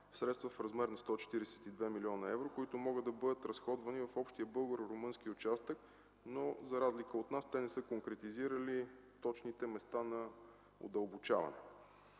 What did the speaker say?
средства в размер на 142 млн. евро, които могат да бъдат разходвани в общия българо-румънски участък, но за разлика от нас те не са конкретизирали точните места на удълбочаване.